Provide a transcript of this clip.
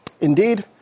Indeed